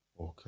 Okay